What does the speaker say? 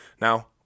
Now